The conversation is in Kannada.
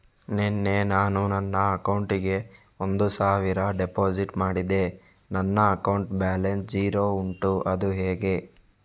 ನಿನ್ನೆ ನಾನು ನನ್ನ ಅಕೌಂಟಿಗೆ ಒಂದು ಸಾವಿರ ಡೆಪೋಸಿಟ್ ಮಾಡಿದೆ ನನ್ನ ಅಕೌಂಟ್ ಬ್ಯಾಲೆನ್ಸ್ ಝೀರೋ ಉಂಟು ಅದು ಹೇಗೆ?